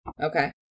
Okay